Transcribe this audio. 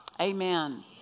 Amen